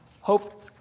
hope